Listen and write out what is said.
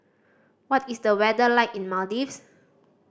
what is the weather like in Maldives